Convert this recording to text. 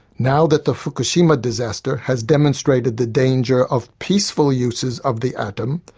now that the fukushima disaster has demonstrated the dangers of peaceful uses of the atom,